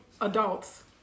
adults